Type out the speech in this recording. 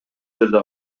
жерде